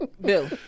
Bill